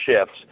shifts